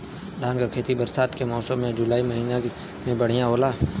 धान के खेती बरसात के मौसम या जुलाई महीना में बढ़ियां होला?